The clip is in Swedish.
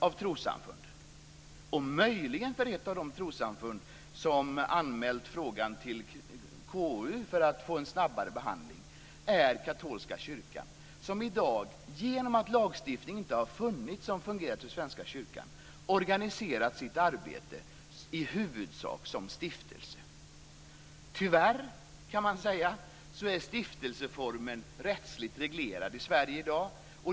Ett trossamfund - som också har anmält frågan till KU för snabbare behandling - är katolska kyrkan, som i dag genom att lagstiftning inte har funnits som har fungerat för Svenska kyrkan har organiserat sitt arbete i huvudsak som en stiftelse. Tyvärr är stiftelseformen rättsligt reglerad i Sverige i dag.